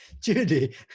Judy